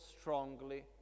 strongly